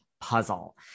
puzzle